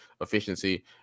efficiency